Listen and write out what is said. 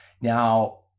Now